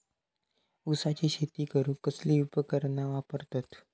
ऊसाची शेती करूक कसली उपकरणा वापरतत?